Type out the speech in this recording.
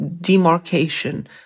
demarcation